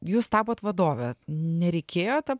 jūs tapot vadove nereikėjo ta